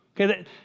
okay